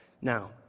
now